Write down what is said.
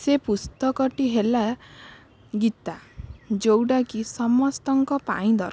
ସେ ପୁସ୍ତକଟି ହେଲା ଗୀତା ଯେଉଁଟା କି ସମସ୍ତଙ୍କ ପାଇଁ ଦରକାର